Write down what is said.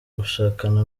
gushakana